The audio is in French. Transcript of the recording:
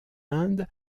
inde